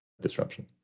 disruption